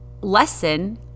lesson